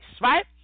right